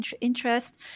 interest